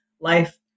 life